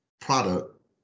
product